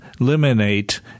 eliminate